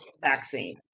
vaccine